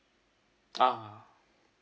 ah